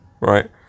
right